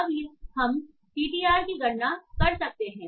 अब हम टीटीआर की गणना कर सकते हैं